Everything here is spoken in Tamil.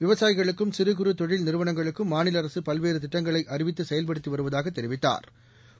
விவசாயிகளுக்கும் சிறு குறு தொழில் நிறுவனங்களுக்கும் மாநில அரசு பல்வேறு திட்டங்களை அறிவித்து செயல்படுத்தி வருவதாகத் தெரிவித்தாா்